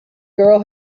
girl